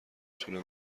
تونم